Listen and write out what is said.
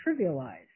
trivialized